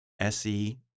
se